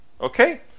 Okay